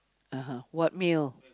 (uh huh) what meal